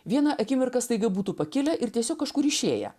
vieną akimirką staiga būtų pakilę ir tiesiog kažkur išėję